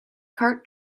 kart